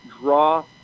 draw